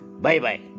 bye-bye